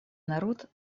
народ